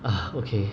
ugh okay